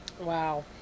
Wow